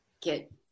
get